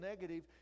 negative